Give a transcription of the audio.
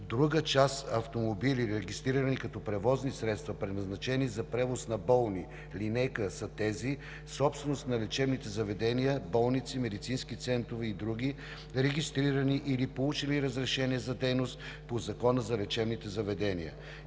Друга част автомобили, регистрирани като превозни средства, предназначени за превоз на болни – линейка, са тези, собственост на лечебните заведения – болници, медицински центрове и други, регистрирани или получили разрешение за дейност по Закона за лечебните заведения.